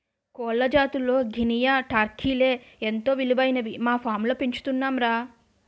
కోళ్ల జాతుల్లో గినియా, టర్కీలే ఎంతో విలువైనవని మా ఫాంలో పెంచుతున్నాంరా